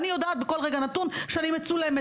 אני יודעת עם כל רגע נתון שאני מצולמת.